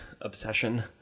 obsession